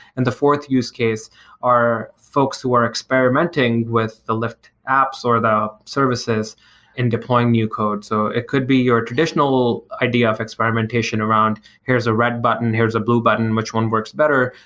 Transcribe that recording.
and the fourth use case are folks who are experimenting with the lyft apps or the services in deploying new code. so it could be your traditional idea of experimentation around here's a red button, here's a blue button. which one works better?